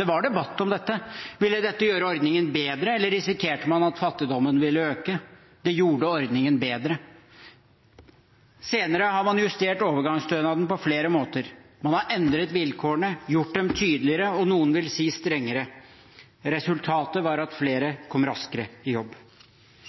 Det var debatt om dette. Ville dette gjøre ordningen bedre, eller risikerte man at fattigdommen ville øke? Det gjorde ordningen bedre. Senere har man justert overgangsstønaden på flere måter. Man har endret vilkårene, gjort dem tydeligere – og noen vil si strengere. Resultatet var at flere kom raskere i jobb.